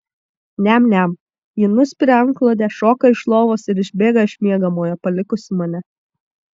niam niam ji nuspiria antklodę šoka iš lovos ir išbėga iš miegamojo palikusi mane